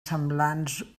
semblants